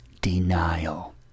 denial